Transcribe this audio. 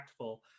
impactful